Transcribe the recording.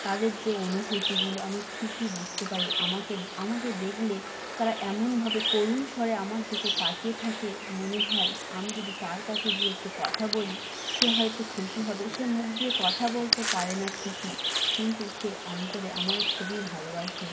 তাদের যে অনুভূতিগুলো আমি ঠিকই বুঝতে পারি আমাকে আমাকে দেখলে তারা এমনভাবে করুণ স্বরে আমার দিকে তাকিয়ে থাকে মনে হয় আমি যদি তার কাছে গিয়ে একটু কথা বলি সে হয়তো খুশি হবে সে মুখ দিয়ে কথা বলতে পারে না ঠিকই কিন্তু সে অন্তরে আমায় খুবই ভালোবাসে